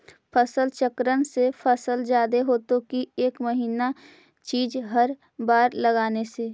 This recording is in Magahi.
फसल चक्रन से फसल जादे होतै कि एक महिना चिज़ हर बार लगाने से?